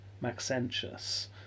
Maxentius